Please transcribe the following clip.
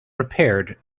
repaired